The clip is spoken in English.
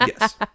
Yes